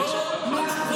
אתה תכף עולה ויכול להגיד.